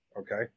Okay